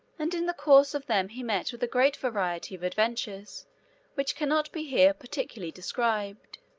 and in the course of them he met with a great variety of adventures which can not be here particularly described.